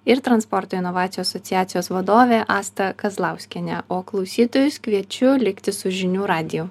ir transporto inovacijų asociacijos vadovė asta kazlauskienė o klausytojus kviečiu likti su žinių radiju